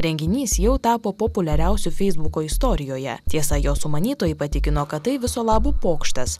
renginys jau tapo populiariausiu feisbuko istorijoje tiesa jo sumanytojai patikino kad tai viso labo pokštas